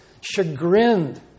chagrined